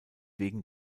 wegen